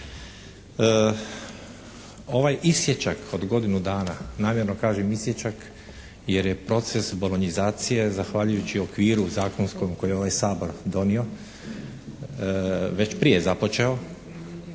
Ovaj isječak od godinu dana namjerno kažem isječak jer je proces bolonjizacije zahvaljujući okviru zakonskom koji je ovaj Sabor donio već prije započeo